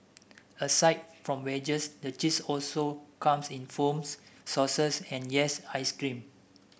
aside from wedges the cheese also comes in foams sauces and yes ice cream